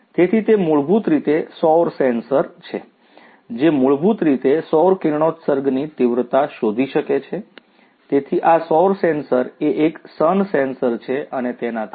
તેથી તે મૂળભૂત રીતે સૌર સેન્સર છે જે મૂળભૂત રીતે સૌર કિરણોત્સર્ગની તીવ્રતા શોધી શકે છે તેથી આ સૌર સેન્સર એ એક સન સેન્સર છે અને તેનાથી આગળ